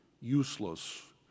useless